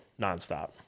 nonstop